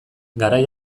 garai